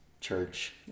church